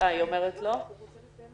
לביטחון